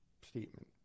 statement